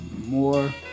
more